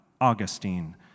Augustine